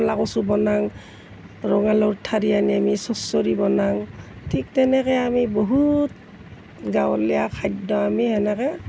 ক'লা কচু বনাওঁ ৰঙালাওৰ ঠাৰি আনি আমি ছৰ্চৰী বনাওঁ ঠিক তেনেকৈ আমি বহুত গাঁৱলীয়া খাদ্য আমি এনেকৈ